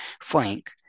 frank